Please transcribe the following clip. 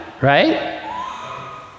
right